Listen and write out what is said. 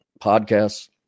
podcasts